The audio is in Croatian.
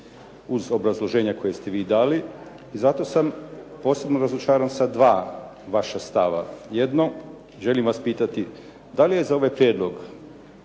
uz obrazloženja koja ste vi dali i zato sam posebno razočaran sa dva vaša stava. Jedno, želim vas pitati da li je za ovaj prijedlog